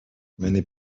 many